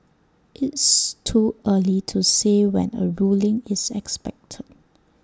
it's too early to say when A ruling is expected